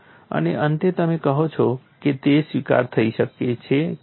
અને અંતે તમે કહો છો કે તેનો સ્વીકાર થઈ શકે છે કે નહીં